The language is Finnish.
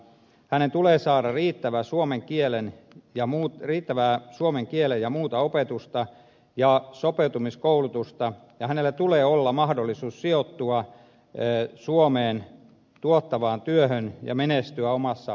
maahanmuuttajan tulee saada riittävä suomen kielen ja muut riittävää suomen kielen ja muuta opetusta ja sopeutumiskoulutusta ja hänellä tulee olla mahdollisuus sijoittua suomeen tuottavaan työhön ja menestyä omassa elämässään